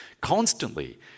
constantly